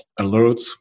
alerts